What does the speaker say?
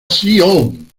sion